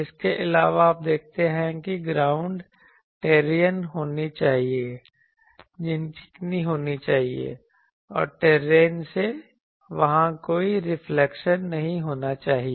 इसके अलावा आप देखते हैं कि ग्राउंड टैरीयन होनी चाहिए चिकनी होनी चाहिए और टैरीयन से वहाँ कोई रिफ्लेक्शन नहीं होना चाहिए